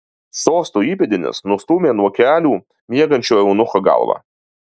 sosto įpėdinis nustūmė nuo kelių miegančio eunucho galvą